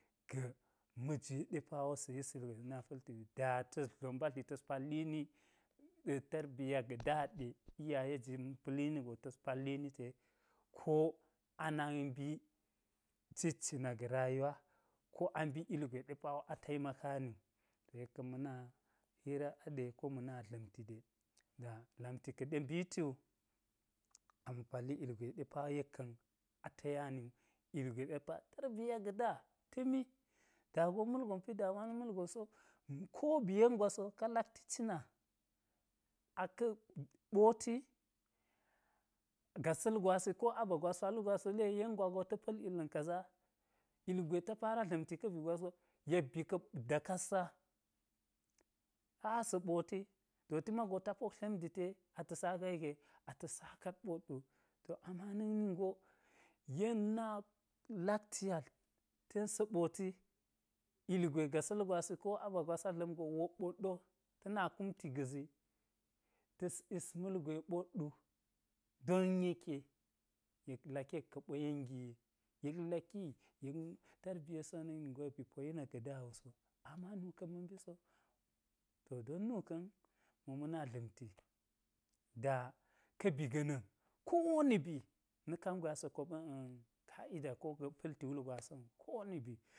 Ga̱ majwe ɗe pawo sa̱ yis ilgwe sa̱n na pa̱lti wu, da ta̱s dlo mbadli ta̱s pallini-tarbiya ga̱ da ɗe iyaye ji ma̱n pa̱lini go ta̱s palli ni te ko-a nak mbi citci na ga̱ rayuwa ko a mbi ilgwe ɗe pawo a taimaka ni wu, yekka̱n ma na hira a ɗe ko ma̱ na dla̱mti ɗe da lamti kaɗe mbiti wu, a ma̱ palli ilgwe ɗe pa yek ka̱n a taya ni wu, ilgwe ɗe pa tarbiya ga̱ da ta̱mi da go malgon pi damuwa na̱ ma̱lgon so, ko ba̱ yen gwa so ka lakti cina aka̱ɓoti, gasa̱l gwasi ko aba gwas pal wugo yen gwa go ta̱ pa̱l ula̱n kaza ilgwe ta fara dla̱mti ka̱ bi gwas go yek ba̱ ka̱ dakat sa, a-sa̱ boti to ti mago ta pok dlemali te ata̱ saka yeke, ata̱a saka ɓot wu, to ama na̱k nin go yen na lakti yal ten sa̱ ɓoti ilgwe gasa̱l gwasi ko aba gwa a dla̱m go wok ɓot wo ta̱ na kumti ga̱zi ta̱s yis ma̱lgwe ɓot wu don yeke, yek laki yek ka ɓo yen giye, yek laki yek-tarbiyesi na̱k ningo yek ba̱ poyi na̱k ga̱da wuso, ama nu ka̱ ma̱ mbo so, to don nu ka̱n mo ma̱ na dla̱mti da ka bi ga̱na̱n ko woni bi na kangwe asa kop kaida ko ga pa̱lti wul gwasa̱n wu ko woni bi